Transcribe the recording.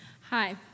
Hi